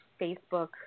Facebook